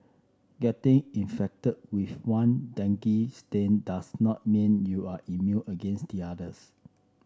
getting infected with one dengue strain does not mean you are immune against the others